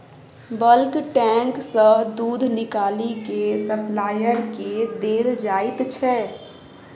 bulk tank सँ दुध निकालि केँ सप्लायर केँ देल जाइत छै